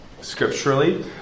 scripturally